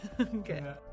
Okay